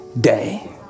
day